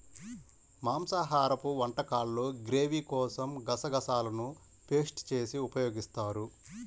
మాంసాహరపు వంటకాల్లో గ్రేవీ కోసం గసగసాలను పేస్ట్ చేసి ఉపయోగిస్తారు